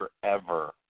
forever